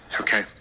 Okay